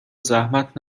زحمت